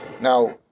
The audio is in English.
Now